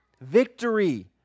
Victory